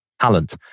talent